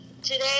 Today